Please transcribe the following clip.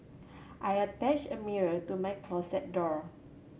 I attached a mirror to my closet door